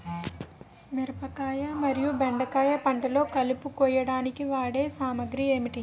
మిరపకాయ మరియు బెండకాయ పంటలో కలుపు కోయడానికి వాడే సామాగ్రి ఏమిటి?